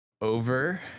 over